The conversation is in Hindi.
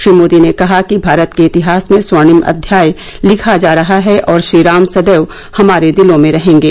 श्री मोदी ने कहा कि भारत के इतिहास में स्वर्णिम अध्याय लिखा जा रहा है और श्रीराम सदैव हमारे दिलों में रहेंगे